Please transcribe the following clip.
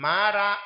Mara